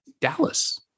Dallas